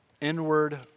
inward